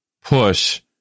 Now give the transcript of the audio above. push